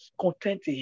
content